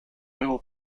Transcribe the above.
nuevo